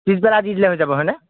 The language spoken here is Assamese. পিছবেলা দি দিলে হৈ যাব হয়নে